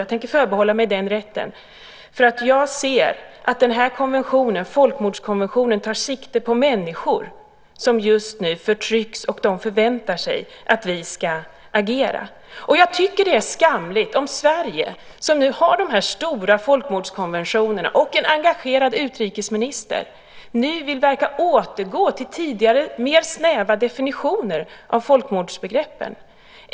Jag tänker förbehålla mig den rätten, för jag ser att den här konventionen, folkmordskonventionen, tar sikte på människor som just nu förtrycks. Och de förväntar sig att vi ska agera. Jag tycker att det är skamligt att Sverige, som har de här stora folkmordskonventionerna och en engagerad utrikesminister, nu verkar vilja återgå till tidigare, mer snäva definitioner av folkmordsbegreppet.